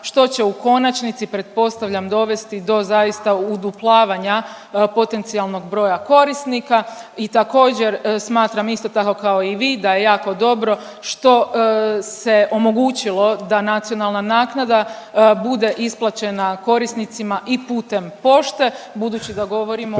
što će u konačnici pretpostavljam dovesti do zaista uduplavanja potencijalnog broja korisnika i također smatram isto tako kao i vi da je jako dobro što se omogućilo da nacionalna naknada bude isplaćena korisnicima i putem pošte budući da govorimo…/Upadica